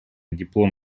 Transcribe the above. диплом